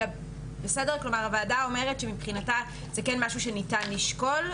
אלא שהוועדה אומרת שמבחינתה זה כן משהו שניתן לשקול,